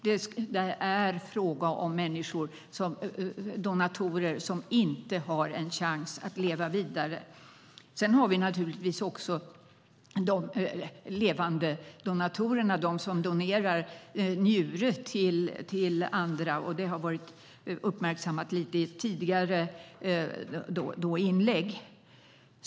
Det är fråga om donatorer som inte har en chans att leva vidare. Vi har naturligtvis också de levande donatorerna, de som donerar en njure till andra. Det har varit uppmärksammat lite i tidigare inlägg.